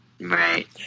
Right